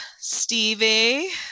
Stevie